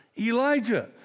Elijah